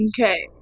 Okay